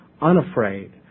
unafraid